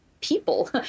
people